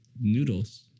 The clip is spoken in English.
noodles